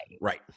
Right